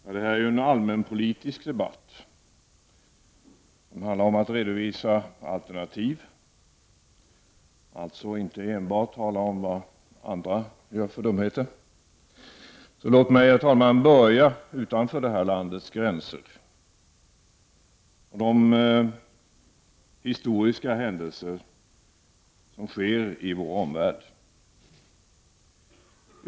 Herr talman! Det här är ju en allmänpolitisk debatt. Den handlar om att redovisa alternativ, alltså inte enbart om att tala om de dumheter som andra gör. Låt mig därför, herr talman, börja med att tala om vad som händer utanför vårt lands gränser, om de historiska händelser som inträffar i vår omvärld.